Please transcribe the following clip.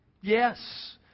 Yes